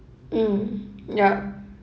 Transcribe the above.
mm yup